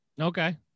Okay